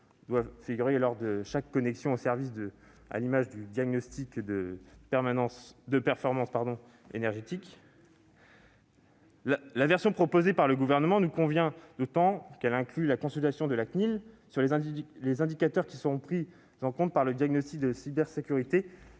devrait figurer lors de chaque connexion au service, à l'image du diagnostic de performance énergétique. La version proposée par le Gouvernement nous convient, d'autant qu'elle inclut la consultation de la CNIL sur les indicateurs qui seront pris en compte par le diagnostic de cybersécurité.